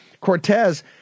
Cortez